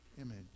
image